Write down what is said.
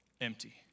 empty